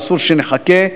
ואסור שנחכה,